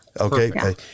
okay